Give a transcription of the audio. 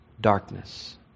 Darkness